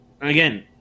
Again